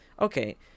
okay